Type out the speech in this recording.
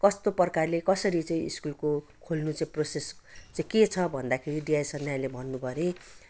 कस्तो प्रकारले कसरी चाहिँ स्कुलको खोल्नु चाहिँ प्रोसेस चाहिँ के छ भन्दाखेरि डिआई सरलाई भन्नुभयो अरे